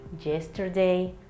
yesterday